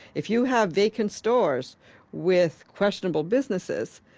if you have vacant stores with questionable businesses,